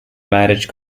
marriage